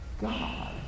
God